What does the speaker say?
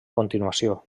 continuació